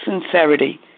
sincerity